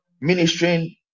ministering